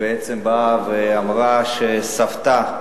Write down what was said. היא באה ואמרה שסבתה,